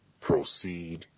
Proceed